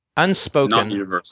unspoken